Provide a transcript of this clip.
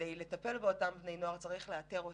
לטפל באותם בני נוער צריך לאתר אותם.